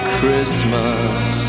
Christmas